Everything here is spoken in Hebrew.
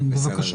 כן, בבקשה.